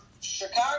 Chicago